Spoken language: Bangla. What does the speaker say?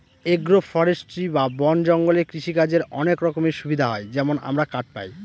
এগ্রো ফরেষ্ট্রী বা বন জঙ্গলে কৃষিকাজের অনেক রকমের সুবিধা হয় যেমন আমরা কাঠ পায়